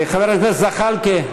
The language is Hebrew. חבר הכנסת זחאלקה,